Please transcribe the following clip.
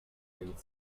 david